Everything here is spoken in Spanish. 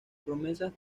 promesas